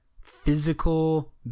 physical